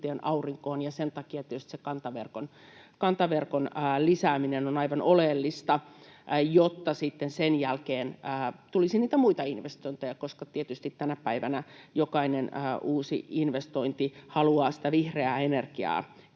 ja sen takia tietysti se kantaverkon lisääminen on aivan oleellista, jotta sitten sen jälkeen tulisi niitä muita investointeja, koska tietysti tänä päivänä jokainen uusi investointi haluaa sitä vih-reää energiaa